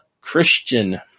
Christian